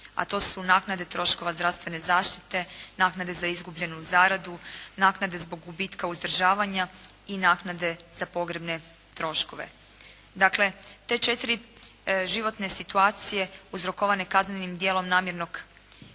a to su naknade troškova zdravstvene zaštite, naknade za izgubljenu zaradu, naknade zbog gubitka uzdržavanja i naknade za pogrebne troškove. Dakle, te četiri životne situacije uzrokovane kaznenim djelom namjernog nasilja